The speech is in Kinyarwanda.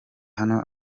hano